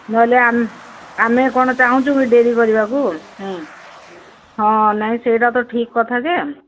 ନହେଲେ ଆମେ କ'ଣ ଚାହୁଁଛୁ କି ଡେରି କରିବାକୁ ହଁ ନାଇଁ ସେଇଟା ତ ଠିକ୍ କଥା ଯେ